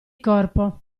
corpo